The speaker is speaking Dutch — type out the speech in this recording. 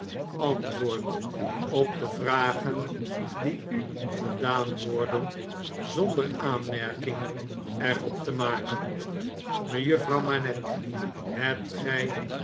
antwoord op de vragen die u gedaan worden zonder aanmerkingen er op te maken mejuffrouw manette hebt gg